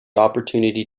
opportunity